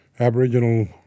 Aboriginal